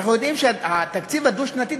אנחנו יודעים שהתקציב הדו-שנתי,